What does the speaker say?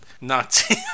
Nazi